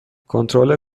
کنترل